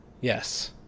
Yes